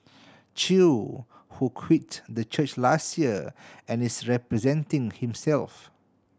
chew who quit the church last year and is representing himself